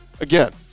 again